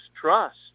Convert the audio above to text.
trust